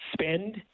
spend